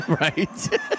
right